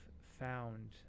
found